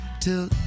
Till